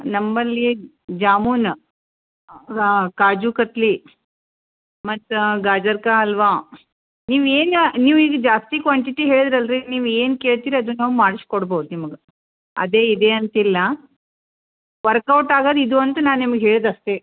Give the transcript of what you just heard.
ನಮ್ಮಲ್ಲಿ ಜಾಮೂನು ಕಾಜು ಕತ್ಲಿ ಮತ್ತು ಗಾಜರ್ಕಾ ಹಲ್ವ ನೀವು ಏನು ನೀವು ಈಗ ಜಾಸ್ತಿ ಕ್ವಾಂಟಿಟಿ ಹೇಳಿದ್ದು ಅಲ್ರಿ ನೀವು ಏನು ಕೇಳ್ತೀರಿ ಅದನ್ನ ನಾವು ಮಾಡಿಸಿ ಕೊಡ್ಬೋದು ನಿಮಗೆ ಅದೇ ಇದೆ ಅಂತಿಲ್ಲ ವರ್ಕೌಟ್ ಆಗೋದು ಇದೊಂದು ನಾ ನಿಮ್ಗೆ ಹೇಳಿದ್ದಷ್ಟೇ